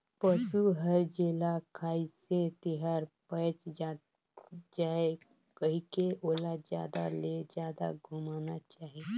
पसु हर जेला खाइसे तेहर पयच जाये कहिके ओला जादा ले जादा घुमाना चाही